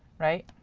right?